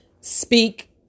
speak